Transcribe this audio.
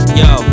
yo